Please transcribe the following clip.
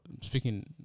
speaking